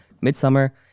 Midsummer